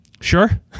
Sure